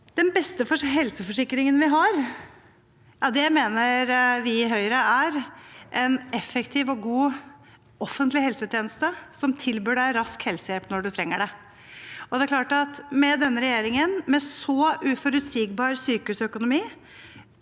Den beste helseforsikringen vi har, mener vi i Høyre er en effektiv og god offentlig helsetjeneste som tilbyr rask helsehjelp når man trenger det. Det er klart at med denne regjeringens så uforutsigbare sykehusøkonomi